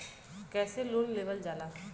कैसे लोन लेवल जाला?